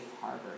harbor